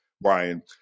Brian